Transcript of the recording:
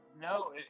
No